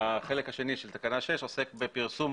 החלק השני של תקנה 6 עוסק בפרסום